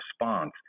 response